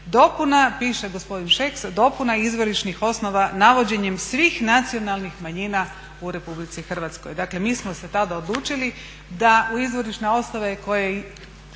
dopuna, piše gospodin Šeks, dopuna izvorišnih osnova navođenjem svih nacionalnih manjina u RH. Dakle, mi smo se tada odlučili da u izvorišne osnove koje je